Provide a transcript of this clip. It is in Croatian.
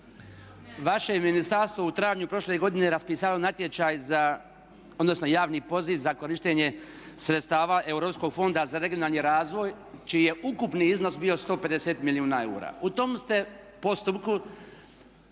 je ministarstvo u travnju prošle godine raspisalo natječaj, odnosno javni poziv za korištenje sredstava Europskog fonda za regionalni razvoj čiji je ukupni iznos bio 150 milijuna eura. U tome ste postupku